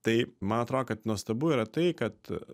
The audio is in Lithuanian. tai man atrodo kad nuostabu yra tai kad